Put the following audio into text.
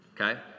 okay